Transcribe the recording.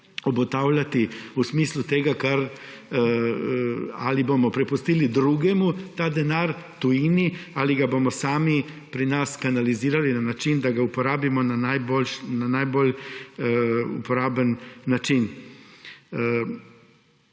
obotavljati v smislu tega, ali bomo prepustili drugemu ta denar, tujini, ali ga bomo sami pri nas kanalizirali na način, da ga uporabimo na najbolj uporaben način.